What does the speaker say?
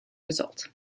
result